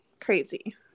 crazy